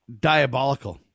diabolical